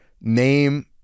name